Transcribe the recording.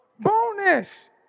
bonus